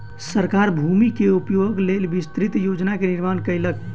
सरकार भूमि के उपयोगक लेल विस्तृत योजना के निर्माण केलक